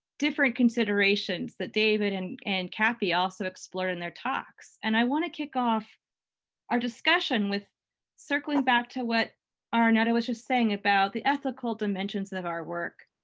different considerations that david and and kathy also explored in their talks, and i want to kick off our discussion with circling back to what arnetta was just saying about the ethical dimensions of our work,